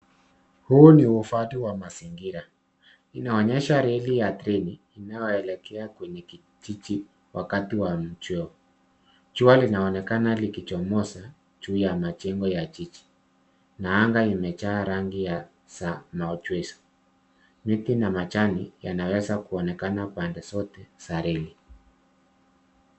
Huu ni uhifadhi wa mazingira. Inaonyesha reli ardhini inayoelekea kwenye kijiji wakati wa mchweo . Jua linaonekana likichomoza juu ya majengo ya jiji na anga imejaa rangi ya samachwesi . Miti na majani yanaweza kuonekana pande zote za reli.